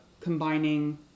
combining